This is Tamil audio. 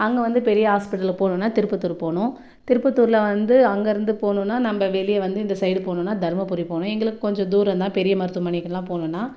அங்கே வந்து பெரிய ஹாஸ்பிட்டலுக்கு போகணுன்னா திருப்பத்தூர் போகணும் திருப்பத்தூரில் வந்து அங்கேருந்து போகணுன்னா நம்ம வெளியே வந்து இந்த சைடு போகணுன்னா தருமபுரி போகணும் எங்களுக்கு கொஞ்சம் தூரம் தான் பெரிய மருத்துவமனைக்கெல்லாம் போகணுன்னா